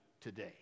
today